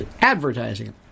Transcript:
Advertising